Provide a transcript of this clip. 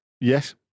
Yes